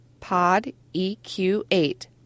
PODEQ8